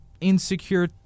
insecure